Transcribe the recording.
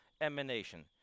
emanation